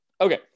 Okay